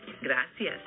Gracias